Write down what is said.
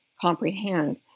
comprehend